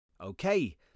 Okay